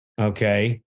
Okay